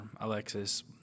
Alexis